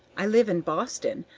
i live in boston.